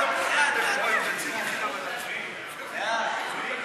ההצעה להעביר את הצעת חוק העונשין (תיקון,